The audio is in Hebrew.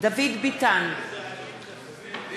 דוד ביטן,